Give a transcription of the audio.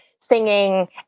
singing